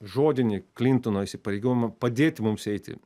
žodinį klintono įsipareigojimą padėti mums eiti